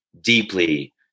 deeply